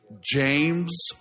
James